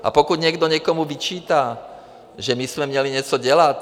A pokud někdo někomu vyčítá, že jsme měli něco dělat?